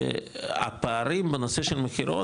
שהפערים בנושא של המחירון,